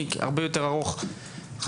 ארוך הרבה יותר.